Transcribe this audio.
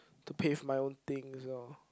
to pay for my own thing as well